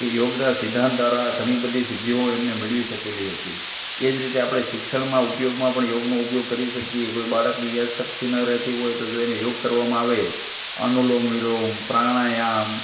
એ યોગના સિદ્ધાંત દ્વારા ઘણી બધી સિદ્ધિઓ એમણે મેળવી શકેલી હતી એ જ રીતે આપણે શિક્ષણમાં ઉપયોગમાં પણ યોગનો ઉપયોગ કરી શકીએ કોઈ બાળકની યાદશક્તિ ન રહેતી હોય તો જો એને યોગ કરવામાં આવે અનુલોમ વિલોમ પ્રાણાયામ